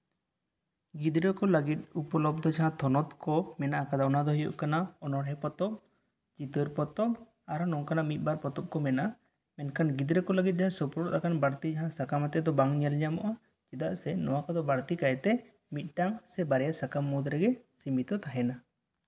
ᱜᱤᱫᱽᱨᱟᱹ ᱠᱚ ᱞᱟᱹᱜᱤᱫ ᱩᱯᱚᱞᱚᱵᱫᱷᱚ ᱡᱟᱦᱟᱸ ᱛᱷᱚᱱᱚᱛ ᱠᱚ ᱢᱮᱱᱟᱜᱼᱟ ᱚᱱᱟ ᱫᱚ ᱦᱩᱭᱩᱜ ᱠᱟᱱᱟ ᱚᱱᱚᱬᱦᱮᱸ ᱯᱚᱛᱚᱵ ᱜᱤᱫᱟᱹᱨ ᱯᱚᱛᱚᱵ ᱟᱨᱚ ᱱᱚᱝᱠᱟᱱᱟᱜ ᱢᱤᱫᱼᱵᱟᱨ ᱯᱚᱛᱚᱵ ᱠᱚ ᱢᱮᱱᱟᱜᱼᱟ ᱢᱮᱱᱠᱷᱟᱱ ᱜᱤᱫᱽᱨᱟᱹ ᱠᱚ ᱞᱟᱜᱤᱫ ᱥᱳᱯᱨᱳᱫ ᱟᱠᱟᱱ ᱵᱟᱲᱛᱤ ᱡᱟᱦᱟᱸ ᱥᱟᱠᱟᱢ ᱟᱛᱮ ᱫᱚ ᱵᱟᱝ ᱧᱮᱞ ᱧᱟᱢᱚᱜᱼᱟ ᱪᱮᱫᱟᱜ ᱥᱮ ᱱᱚᱣᱟ ᱠᱚᱫᱚ ᱵᱟᱲᱛᱤ ᱠᱟᱭᱛᱮ ᱢᱤᱫᱴᱟᱝ ᱥᱮ ᱵᱟᱨᱭᱟ ᱥᱟᱠᱟᱢ ᱢᱩᱫ ᱨᱮᱜᱮ ᱥᱤᱢᱤᱛᱚ ᱛᱟᱦᱮᱸᱱᱟ